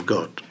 God